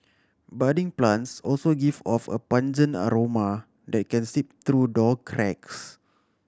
budding plants also give off a pungent aroma that can seep through door cracks